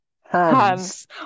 Hands